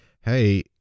hey